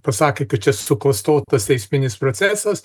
pasakė kad čia suklastotas teisminis procesas